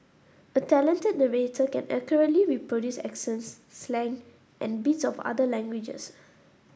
a talented narrator can accurately reproduce accents slang and bits of other languages